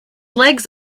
legs